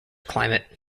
climate